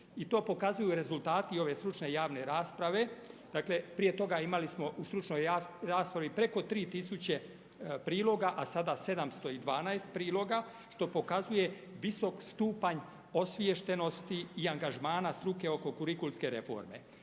i to pokazuju rezultati ove stručne javne rasprave. Dakle prije toga imali smo u stručnoj raspravi preko 3 tisuće priloga a sada 712 priloga što pokazuje visok stupanj osviještenosti i angažmana struke oko kurikulske reforme.